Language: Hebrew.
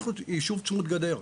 אנחנו ישוב צמוד גדר.